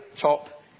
top